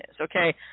Okay